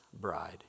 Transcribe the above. bride